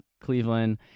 Cleveland